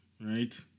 Right